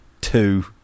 Two